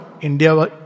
India